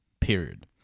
period